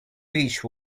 beech